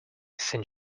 since